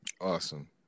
Awesome